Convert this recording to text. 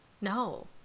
no